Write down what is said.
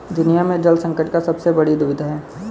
दुनिया में जल संकट का सबसे बड़ी दुविधा है